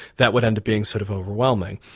that would end up being sort of overwhelming.